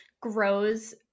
grows